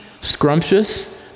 scrumptious